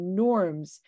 norms